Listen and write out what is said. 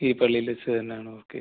ഈ പള്ളിയിൽ വെച്ച് തന്നെ ആണോ ഓക്കെ